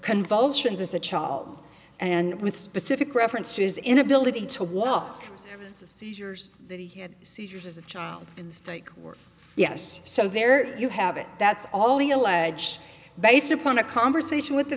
convulsions as a child and with specific reference to his inability to walk of seizures he had seizures as a child in the state were yes so there you have it that's all he alleged based upon a conversation with the